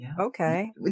Okay